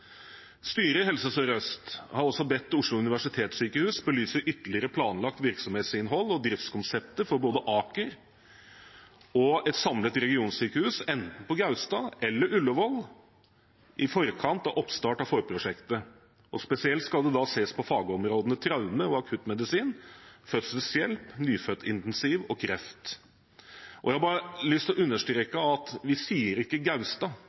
Styret i Helse Sør-Øst har også bedt Oslo universitetssykehus belyse ytterligere planlagt virksomhetsinnhold og driftskonseptet for både Aker og et samlet regionsykehus på enten Gaustad eller Ullevål i forkant av oppstart av forprosjektet. Spesielt skal det da ses på fagområdene traume- og akuttmedisin, fødselshjelp, nyfødtmedisin og kreft. Jeg har bare lyst til å understreke at vi sier ikke